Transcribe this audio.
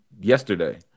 yesterday